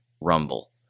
Rumble